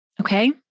okay